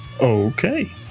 Okay